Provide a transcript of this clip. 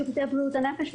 שירותי בריאות הנפש,